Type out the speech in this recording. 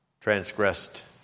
transgressed